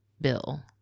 bill